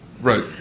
Right